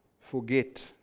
forget